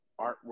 artwork